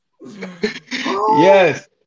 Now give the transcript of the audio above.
Yes